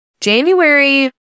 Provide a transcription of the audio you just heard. January